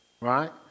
right